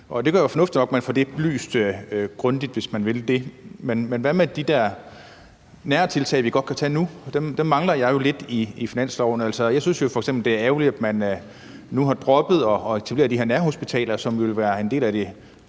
jo være fornuftigt nok, at man får det belyst grundigt, hvis man vil det. Men hvad med de der nære tiltag, vi godt kan tage nu? Dem mangler jeg jo lidt i finansloven. Jeg synes jo f.eks., det er ærgerligt, at man nu har droppet at aktivere de her nærhospitaler, som vil være en del af